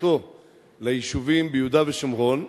בהתייחסותו ליישובים ביהודה ושומרון,